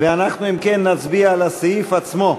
ואנחנו, אם כן, נצביע על הסעיף עצמו,